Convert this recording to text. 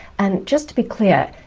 and just to be clear,